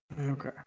Okay